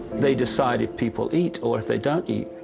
they decide if people eat or if they don't eat.